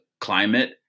climate